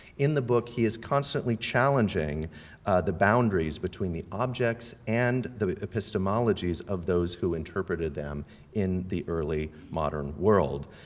in the book, he is constantly challenging the boundaries between the objects and the epistemologies of those who interpreted them in the early modern world.